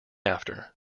after